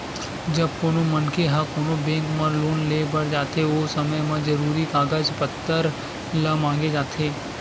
जब कोनो मनखे ह कोनो बेंक म लोन लेय बर जाथे ओ समे म जरुरी कागज पत्तर ल मांगे जाथे